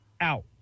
out